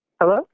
Hello